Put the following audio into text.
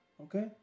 Okay